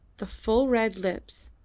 the full red lips,